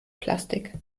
plastik